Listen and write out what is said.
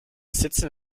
sitzen